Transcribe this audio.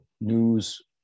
news